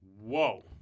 Whoa